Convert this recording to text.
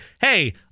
hey